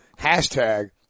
hashtag